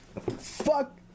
Fuck